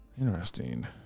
Interesting